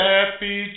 Happy